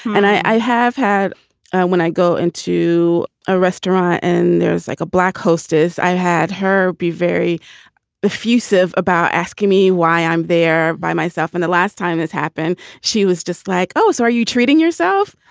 and i have had when i go in to a restaurant and there's like a black hostess, i've had her be very effusive about asking me why i'm there by myself. and the last time it's happened, she was just like, oh, so are you treating yourself?